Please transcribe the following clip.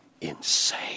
insane